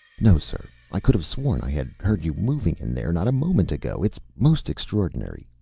no, sir. i could have sworn i had heard you moving in there not a moment ago. it's most extraordinary.